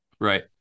right